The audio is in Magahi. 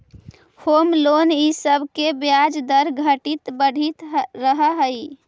होम लोन इ सब के ब्याज दर घटित बढ़ित रहऽ हई